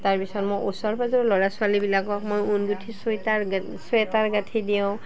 তাৰপিছত মই ওচৰ পাঁজৰ ল'ৰা ছোৱালীবিলাকক মই ঊন গুঠি চুৱেটাৰ চুৱেটাৰ গাঁঠি দিওঁ